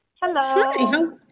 Hello